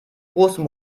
großen